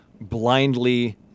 blindly